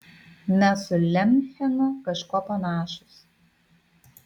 mes su lemchenu kažkuo panašūs